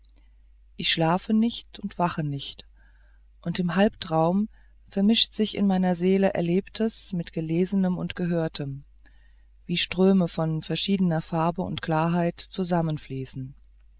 ich schlafe nicht und wache nicht und im halbtraum vermischt sich in meiner seele erlebtes mit gelesenem und gehörtem wie ströme von verschiedener farbe und klarheit zusammenfließen